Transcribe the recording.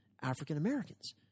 African-Americans